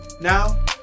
now